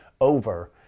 over